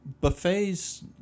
Buffets